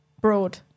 Broad